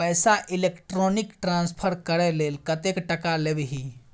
पैसा electronic transfer करय लेल कतेक टका लेबही